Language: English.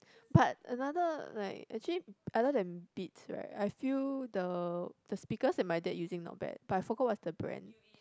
but another like actually other than beats right I feel the the speakers that my dad using not bad but I forgot what's the brand